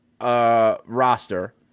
Roster